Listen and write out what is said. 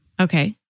Okay